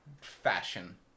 fashion